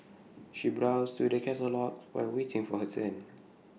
she browsed through the catalogues while waiting for her turn